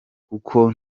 kuko